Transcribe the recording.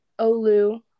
Olu